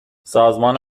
سازمان